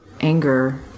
anger